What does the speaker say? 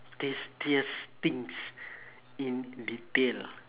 tastiest things in detail ah